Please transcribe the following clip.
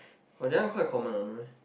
oh that one quite common oh no meh